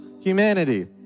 humanity